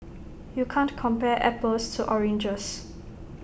you can't compare apples to oranges